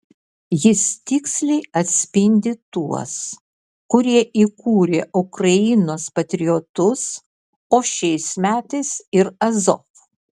jis tiksliai atspindi tuos kurie įkūrė ukrainos patriotus o šiais metais ir azov